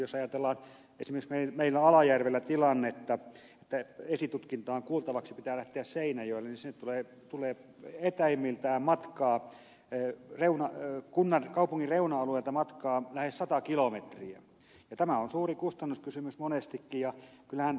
jos ajatellaan esimerkiksi meillä alajärvellä tilannetta että esitutkintaan kuultavaksi pitää lähteä seinäjoelle niin sinne tulee etäimmiltään matkaa kaupungin reuna alueilta lähes sata kilometriä ja tämä on suuri kustannuskysymys monestikin